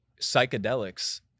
psychedelics